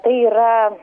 tai yra